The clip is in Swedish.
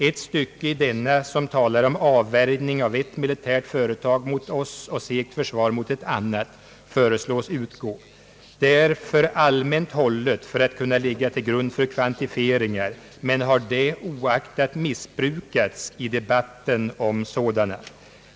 Ett stycke i denna, som talar om avvärjning av ett militärt företag mot oss och segt försvar mot ett annat, föreslås utgå. Det är alltför allmänt hållet för att kunna ligga till grund för kvantifieringar men har det oaktat missbrukats i debatten om sådana.